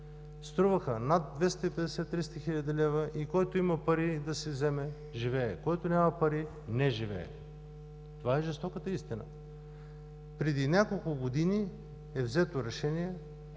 Струваха над 250 – 300 хил. лв. и който има пари да си вземе – живее, който няма пари – не живее. Това е жестоката истина. Преди няколко години е взето решение